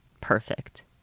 perfect